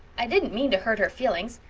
i dident mean to hurt her feelings.